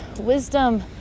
wisdom